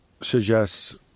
suggests